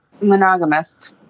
Monogamist